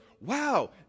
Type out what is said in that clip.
wow